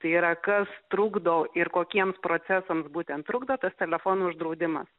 tai yra kas trukdo ir kokiems procesams būtent trukdo tas telefonų uždraudimas